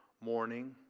morning